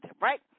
right